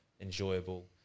enjoyable